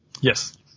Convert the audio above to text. Yes